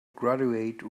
graduate